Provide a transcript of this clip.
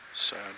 sad